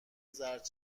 زرد